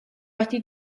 wedi